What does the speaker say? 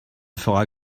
fera